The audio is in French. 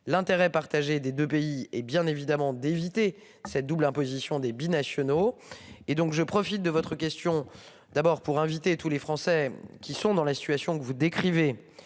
l'intérêt partagé des 2 pays. Hé bien évidemment d'éviter cette double imposition des binationaux. Et donc je profite de votre question, d'abord pour inviter tous les Français qui sont dans la situation que vous décrivez.